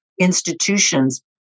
institutions